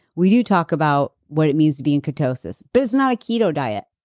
we do talk about what it means to be in ketosis. but it's not a keto diet.